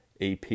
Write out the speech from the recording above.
AP